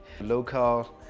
local